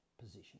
position